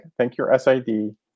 ThankYourSID